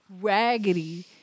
raggedy